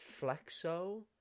Flexo